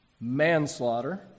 manslaughter